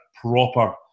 proper